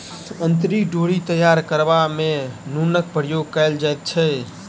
अंतरी डोरी तैयार करबा मे नूनक प्रयोग कयल जाइत छै